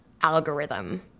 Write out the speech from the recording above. algorithm